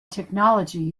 technology